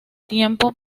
tiempo